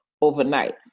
overnight